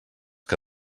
que